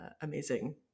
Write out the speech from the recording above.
amazing